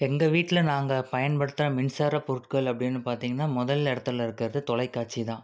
எங்கள் வீட்டில் நாங்கள் பயன்படுத்துகிற மின்சாரப் பொருட்கள் அப்படின்னு பார்த்தீங்கன்னா முதல் இடத்துல இருக்கிறது தொலைக்காட்சி தான்